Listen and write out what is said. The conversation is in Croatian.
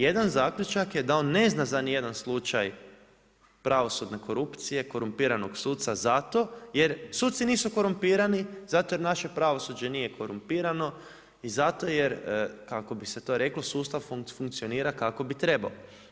Jedan zaključak je da on ne zna ni za jedan slučaj pravosudne korupcije, korumpiranog suca zato jer suci nisu korumpirani, zato jer naše pravosuđe nije korumpirano i zato, kako bi se to reklo, sustav funkcionira kako bi trebalo.